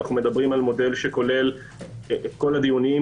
אנו מדברים על מודל שוכלל את כל הדיוניום